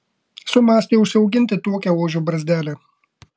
sumąstė užsiauginti tokią ožio barzdelę